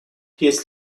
есть